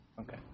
Okay